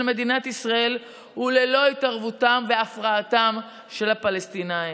מדינת ישראל וללא התערבותם והפרעתם של הפלסטינים.